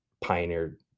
pioneered